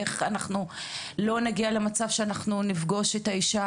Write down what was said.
איך אנחנו לא נגיע למצב שנפגוש את האישה